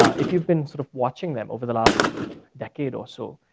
if you've been sort of watching them over the last decade or so.